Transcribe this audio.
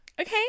Okay